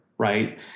Right